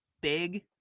big